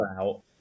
out